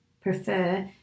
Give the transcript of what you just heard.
prefer